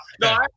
no